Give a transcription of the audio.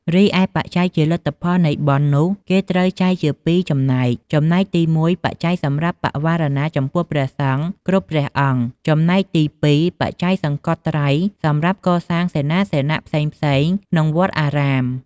រីឯបច្ច័យជាលទ្ធផលនៃបុណ្យនោះគេត្រូវចែកជាពីរចំណែក ចំណែកទី១បច្ច័យសម្រាប់បវារណាចំពោះព្រះសង្ឃគ្រប់ព្រះអង្គ ចំណែកទី២បច្ច័យសង្កត់ត្រៃសម្រាប់កសាងសេនាសនៈផ្សេងៗក្នុងវត្តអារាម ។